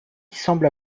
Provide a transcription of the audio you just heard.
semble